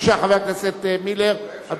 חבר הכנסת מילר, בבקשה.